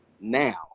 now